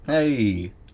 Hey